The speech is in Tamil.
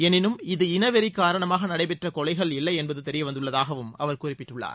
எனினும் இது இனவெறி காரணமாக நடைபெற்ற கொலைகள் இல்லை என்பது தெரியவந்துள்ளதாகவும் அவர் குறிப்பிட்டுள்ளார்